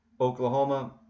Oklahoma